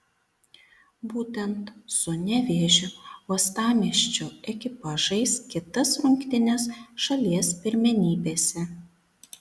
būtent su nevėžiu uostamiesčio ekipa žais kitas rungtynes šalies pirmenybėse